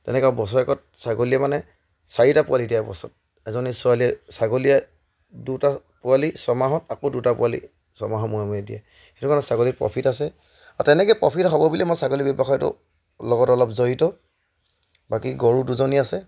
তেনেকুৱা বছৰেকত ছাগলীয়ে মানে চাৰিটা পোৱালি দিয়ে এবছৰত এজনী ছোৱালীয়ে ছাগলীয়ে দুটা পোৱালি ছমাহত আকৌ দুটা পোৱালি ছমাহৰ মূৰে মূৰে দিয়ে সেইটো কাৰণে ছাগলীৰ প্ৰফিট আছে আৰু তেনেকৈ প্ৰফিট হ'ব বুলিয়ে মই ছাগলী ব্যৱসায়টো লগত অলপ জড়িত বাকী গৰু দুজনী আছে